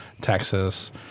Texas